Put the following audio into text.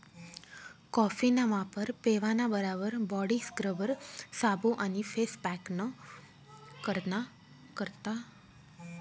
कॉफीना वापर पेवाना बराबर बॉडी स्क्रबर, साबू आणि फेस पॅकना करता करतस